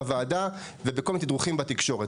בוועדה ובכל מיני תדרוכים בתקשורת.